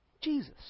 Jesus